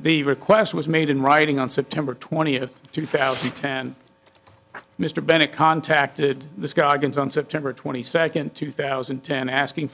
the request was made in writing on september twentieth two thousand and ten mr bennett contacted the scoggins on september twenty second two thousand and ten asking